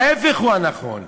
ההפך הוא הנכון,